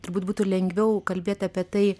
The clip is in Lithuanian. turbūt būtų lengviau kalbėt apie tai